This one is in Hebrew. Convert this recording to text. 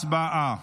הצבעה.